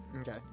Okay